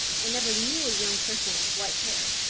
i never knew a young person with white hair.